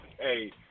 Hey